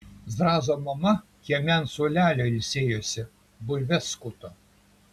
zrazo mama kieme ant suolelio ilsėjosi bulves skuto